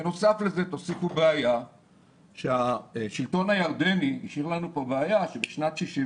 בנוסף לזה תוסיפו בעיה שהשלטון הירדני השאיר לנו כאן בעיה שבשנת 1966